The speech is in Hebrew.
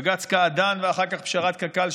בג"ץ קעדאן ואחר כך פשרת קק"ל,